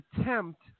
attempt